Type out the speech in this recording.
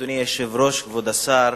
אדוני היושב-ראש, כבוד השר,